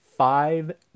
five